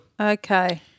okay